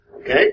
Okay